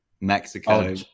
Mexico